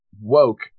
woke